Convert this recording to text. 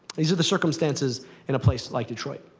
these are the circumstances in a place like detroit.